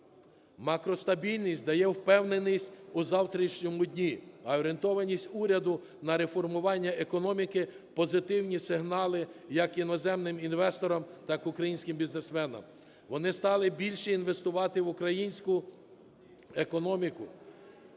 Макростабільність дає впевненість у завтрашньому дні, а орієнтованість уряду на реформування економіки - позитивні сигнали як іноземним інвесторам, так і українським бізнесменам. Вони стали більше інвестувати в українську економіку,